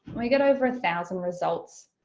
we get over a thousand results.